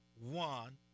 one